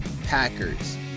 Packers